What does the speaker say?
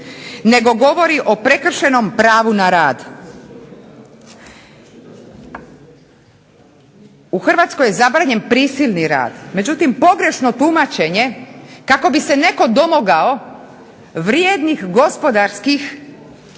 nego govori o prekršenom pravu na rad. U Hrvatskoj je zabranjen prisilni rad, međutim, pogrešno tumačenje kako bi se netko domogao vrijednih gospodarskih